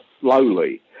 slowly